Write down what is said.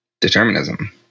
determinism